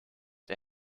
der